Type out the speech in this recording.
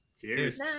cheers